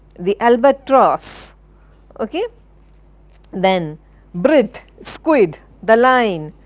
the albatross ok then brit, squid, the line,